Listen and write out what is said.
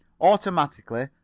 automatically